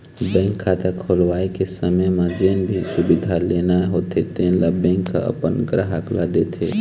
bank खाता खोलवाए के समे म जेन भी सुबिधा लेना होथे तेन ल बेंक ह अपन गराहक ल देथे